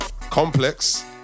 Complex